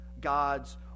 God's